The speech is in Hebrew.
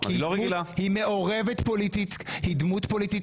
היא מעורבת פוליטית, היא דמות פוליטית.